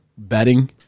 betting